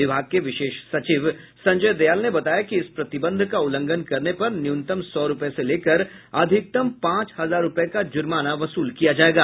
विभाग के विशेष सचिव संजय दयाल ने बताया कि इस प्रतिबंध का उल्लंघन करने पर न्यूनतम सौ रूपये से लेकर अधिकतम पांच हजार रूपये का जुर्माना वसूल किया जाएगा